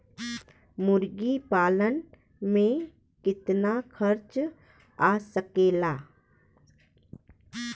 मुर्गी पालन में कितना खर्च आ सकेला?